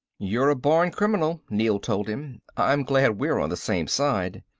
you're a born criminal, neel told him. i'm glad we're on the same side.